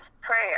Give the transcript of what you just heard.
prayer